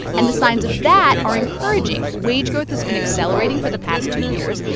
and the signs of that are encouraging. wage growth has been accelerating for the past two years,